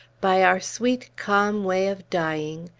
by our sweet, calm way of dying,